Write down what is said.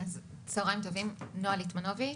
שמי נעה ליטמנוביץ,